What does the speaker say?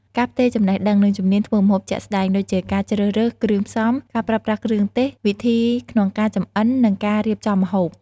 ការផ្ទេរចំណេះដឹង និងជំនាញធ្វើម្ហូបជាក់ស្តែង ដូចជាការជ្រើសរើសគ្រឿងផ្សំ ការប្រើប្រាស់គ្រឿងទេស វិធីក្នុងការចម្អិន និងការរៀបចំម្ហូប។